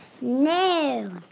No